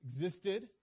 existed